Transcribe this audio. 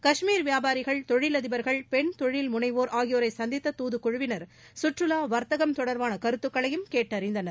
காஷ்மீர் வியாபாரிகள் தொழிலதிபர்கள் பெண் தொழில்முனைவோர் ஆகியோரை சந்தித்த தூதுக்குழுவினர் கற்றுவா வர்த்தகம் தொடர்பான கருத்துக்களையும் கேட்டறிந்தனர்